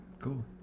cool